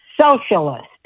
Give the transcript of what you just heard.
socialist